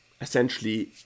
essentially